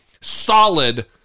solid